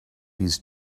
his